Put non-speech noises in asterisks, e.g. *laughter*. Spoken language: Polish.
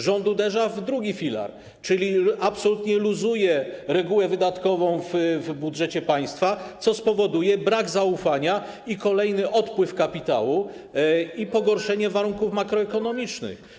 Rząd uderza w drugi filar, czyli absolutnie luzuje regułę wydatkową w budżecie państwa, co spowoduje brak zaufania, kolejny odpływ kapitału i pogorszenie *noise* warunków makroekonomicznych.